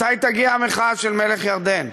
מתי תגיע המחאה של מלך ירדן?